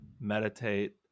meditate